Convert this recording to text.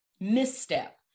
misstep